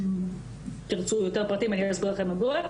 אם תרצו יותר פרטים אני גם אסביר לכם מדוע.